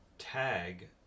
tag